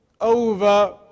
over